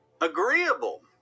agreeable